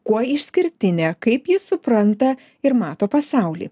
kuo išskirtinė kaip ji supranta ir mato pasaulį